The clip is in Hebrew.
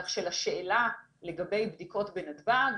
כך שלשאלה לגבי בדיקות בנתב"ג: